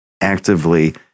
actively